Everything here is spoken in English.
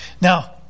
Now